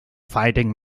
finding